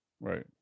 right